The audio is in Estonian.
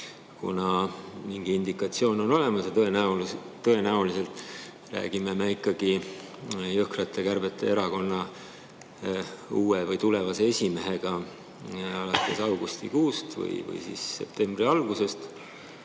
kuna mingi indikatsioon on olemas, et tõenäoliselt räägime me ikkagi jõhkrate kärbete erakonna uue või tulevase esimehega alates augustikuust või septembri algusest.